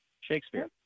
Shakespeare